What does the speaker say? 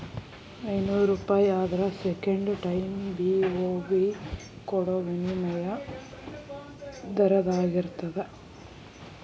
ಐನೂರೂಪಾಯಿ ಆದ್ರ second time BOB ಕೊಡೋ ವಿನಿಮಯ ದರದಾಗಿರ್ತದ